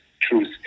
truth